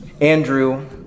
Andrew